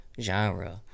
genre